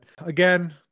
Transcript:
again